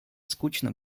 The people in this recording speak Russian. скучно